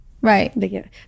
Right